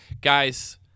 Guys